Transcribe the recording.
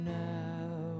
now